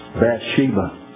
Bathsheba